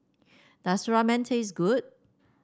does Ramen taste good